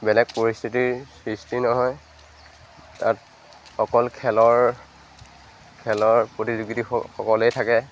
বেলেগ পৰিস্থিতিৰ সৃষ্টি নহয় তাত অকল খেলৰ খেলৰ প্ৰতিযোগীসকলেই থাকে